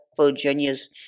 Virginia's